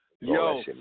Yo